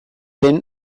den